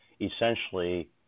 essentially